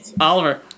Oliver